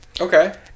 Okay